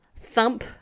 thump